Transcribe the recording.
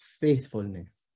faithfulness